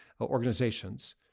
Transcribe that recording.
organizations